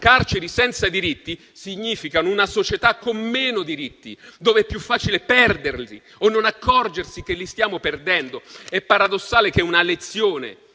carceri senza diritti significano una società con meno diritti, dove è più facile perderli o non accorgersi che li stiamo perdendo. È paradossale che una lezione